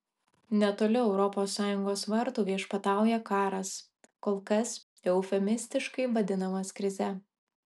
netoli europos sąjungos vartų viešpatauja karas kol kas eufemistiškai vadinamas krize